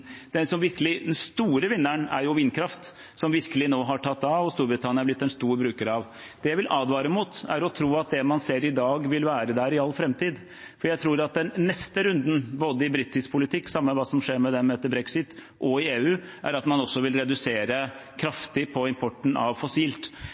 Den store vinneren er jo vindkraft, som nå virkelig har tatt av, og som Storbritannia har blitt en stor bruker av. Det jeg vil advare mot, er å tro at det man ser i dag, vil være der i all framtid. Jeg tror at man i den neste runden – både i britisk politikk, samme hva som skjer med den etter brexit, og i EU – også vil redusere